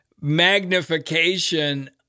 magnification